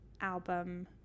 album